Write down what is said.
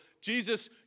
Jesus